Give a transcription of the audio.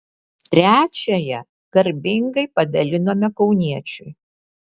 trečiąją garbingai padalinome kauniečiui